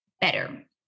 better